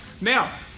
Now